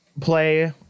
play